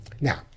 Now